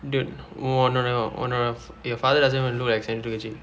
dude உ~ உன்~ உன்னுடைய :u~ un~ unnudaiya your father doesn't even look like seventy two K_G